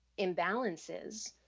imbalances